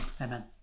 Amen